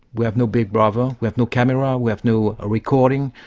we have no big brother, we have no camera, we have no recording.